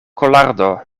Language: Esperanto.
kolardo